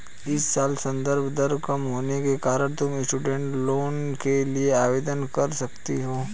इस साल संदर्भ दर कम होने के कारण तुम स्टूडेंट लोन के लिए आवेदन कर सकती हो